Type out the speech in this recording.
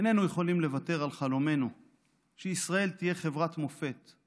איננו יכולים לוותר על חלומנו שישראל תהיה חברת מופת,